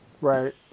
Right